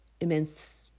immense